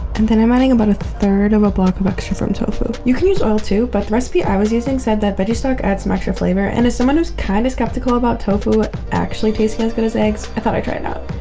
and then i'm adding about a third of a block of extra-firm tofu. you can use oil too, but the recipe i was using said that but veggie stock adds some extra flavor, and as someone who's kind of skeptical about tofu actually tasting as good as eggs, i thought i'd try it out.